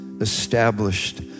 established